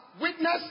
witness